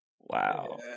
Wow